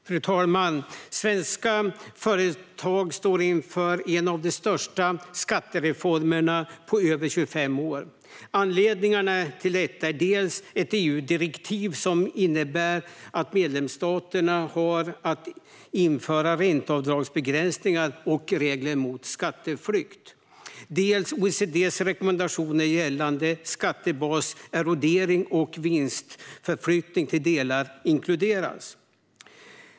Fru talman! Svenska företag står inför en av de största skattereformerna på över 25 år. Anledningarna till detta är dels ett EU-direktiv som innebär att medlemsstaterna måste införa ränteavdragsbegränsningar och regler mot skatteflykt, dels att OECD:s rekommendationer gällande skattebaserodering och vinstförflyttning delvis inkluderas.